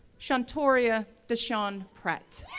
shontoria dashon pratt,